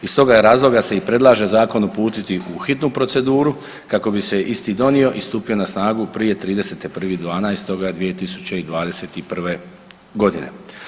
Iz toga je razloga se i predlaže zakon uputiti u hitnu procesu kako bi se isti donio i stupio na snagu prije 31.12.2021. godine.